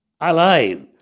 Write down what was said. alive